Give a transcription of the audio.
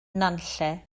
nantlle